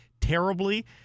terribly